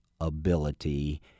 ability